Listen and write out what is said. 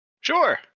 Sure